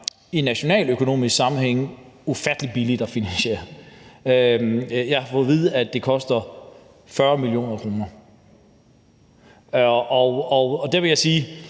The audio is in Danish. i nationaløkonomisk sammenhæng er ufattelig billigt at finansiere. Jeg har fået at vide, at det koster 40 mio. kr., og der vil jeg sige,